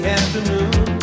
afternoon